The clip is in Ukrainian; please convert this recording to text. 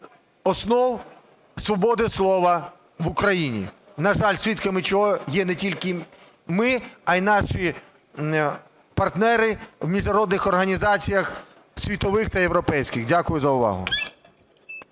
основ свободи слова в Україні. На жаль, свідками чого є не тільки ми, а і наші партнери в міжнародних організаціях, в світових та європейських. Дякую за увагу.